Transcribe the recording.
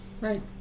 Right